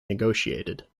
negotiated